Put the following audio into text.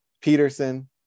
Peterson